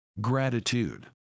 Gratitude